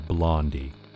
Blondie